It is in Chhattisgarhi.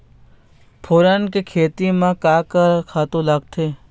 फोरन के खेती म का का खातू लागथे?